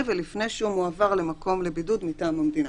ולפני שהוא מועבר למקום לבידוד מטעם המדינה.